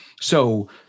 So-